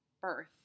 birth